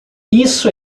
isso